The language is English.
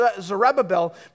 Zerubbabel